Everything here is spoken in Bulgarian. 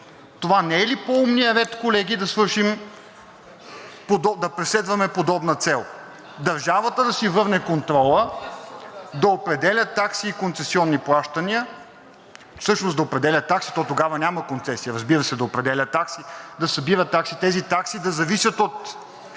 Това не е ли по-умният ред, колеги, да преследваме подобна цел? Държавата да си върне контрола, да определя такси и концесионни плащания, всъщност да определя такси, то тогава няма концесия, разбира се, да определя такси, да събира такси. Тези такси да зависят от